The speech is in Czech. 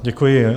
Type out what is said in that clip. Děkuji.